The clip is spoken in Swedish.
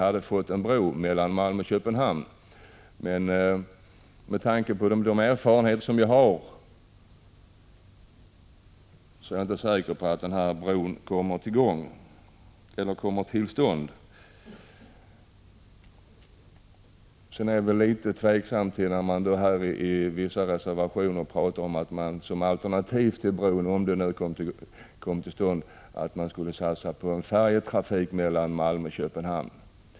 1985/86:155 Malmö och Köpenhamn. Med tanke på mina erfarenheter är jag emellertid 29 maj 1986 inte så säker på att denna bro verkligen kommer till stånd. Jag är väl också litet tveksam till resonemangen i vissa reservationer. De går ut på att om en bro inte skulle komma till stånd, skulle ett alternativ vara att satsa på en färjetrafik mellan Malmö och Köpenhamn.